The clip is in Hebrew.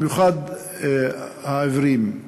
במיוחד העיוורים,